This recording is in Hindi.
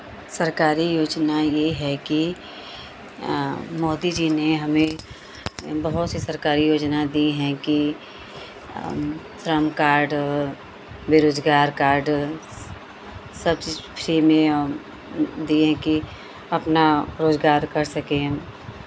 सरकारी योजना ये है कि मोदी जी ने हमें बहुत सी सरकारी योजना दी हैं कि श्रम कार्ड बेरोज़गार कार्ड सब चीज़ फ्री में और दिए हैं कि अपना रोज़गार कर सकें हम